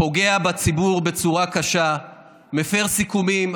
פוגע בציבור בצורה קשה ומפר סיכומים.